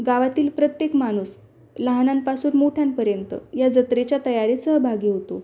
गावातील प्रत्येक माणूस लहनांपासून मोठ्यांपर्यंत या जत्रेच्या तयारी सहभागी होतो